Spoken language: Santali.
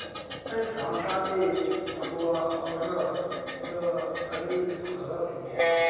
ᱥᱟᱱᱛᱟᱲᱤ ᱟᱵᱚᱣᱟᱜ ᱦᱚᱲ ᱨᱚᱲ ᱫᱚ ᱟᱹᱰᱤ ᱥᱚᱨᱮᱥ ᱜᱮᱭᱟ